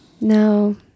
No